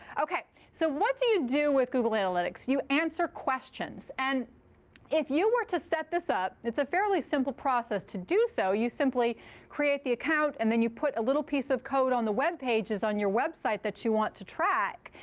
ok. so what do you do with google analytics? you answer questions. and if you were to set this up, it's a fairly simple process to do so. you simply create the account. and then you put a little piece of code on the web pages on your website that you want to track.